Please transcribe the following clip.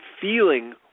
feeling